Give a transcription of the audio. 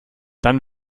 dann